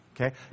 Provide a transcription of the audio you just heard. Okay